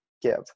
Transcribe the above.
give